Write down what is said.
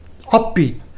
upbeat